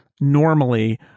normally